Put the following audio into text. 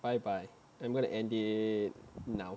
bye bye I'm gonna end it now